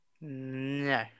No